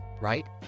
right